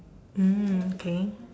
mm okay